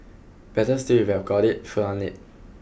better still if you've got it flaunt it